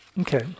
Okay